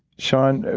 sean,